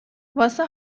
واسه